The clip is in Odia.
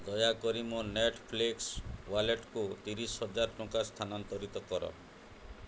ଦୟାକରି ମୋ ନେଟ୍ଫ୍ଲିକ୍ସ୍ ୱାଲେଟକୁ ତିରିଶିହଜାର ଟଙ୍କା ସ୍ଥାନାନ୍ତରିତ କର